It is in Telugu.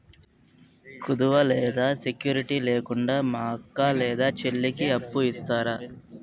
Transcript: కుదువ లేదా సెక్యూరిటి లేకుండా మా అక్క లేదా చెల్లికి అప్పు ఇస్తారా?